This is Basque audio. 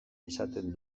esaten